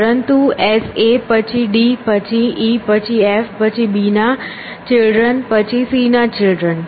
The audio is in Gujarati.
પરંતુ s a પછી d પછી e પછી f પછી b ના ચિલ્ડ્રન પછી c ના ચિલ્ડ્રન